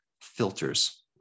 filters